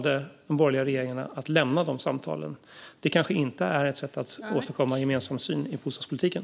De borgerliga partierna valde dock att lämna dessa samtal. Det kanske inte är bästa sätt att åstadkomma en gemensam syn i bostadspolitiken.